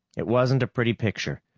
it wasn't a pretty picture.